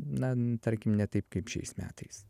na tarkim ne taip kaip šiais metais